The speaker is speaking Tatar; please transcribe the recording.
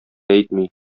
әйтми